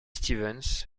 stevens